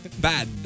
Bad